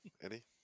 Eddie